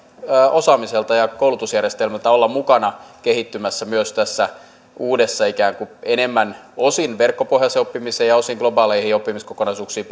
osaamiselta ja koulutusjärjestelmältä olla mukana kehittymässä myös tässä uudessa ikään kuin osin verkkopohjaiseen oppimiseen ja osin globaaleihin oppimiskokonaisuuksiin